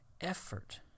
effort